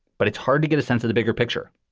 but it's hard to get a sense of the bigger picture.